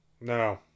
No